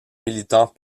militant